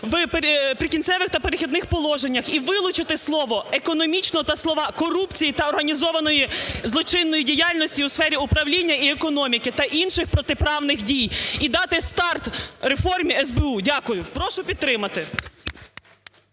в "Прикінцевих та перехідних положеннях" і вилучити слово "економічного" та слова "корупції" та "організованої злочинної діяльності у сфері управління і економіки та інших протиправних дій", і дати старт реформі СБУ. Дякую. Прошу підтримати.